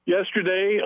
Yesterday